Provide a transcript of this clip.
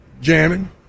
Jamming